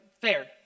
fair